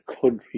country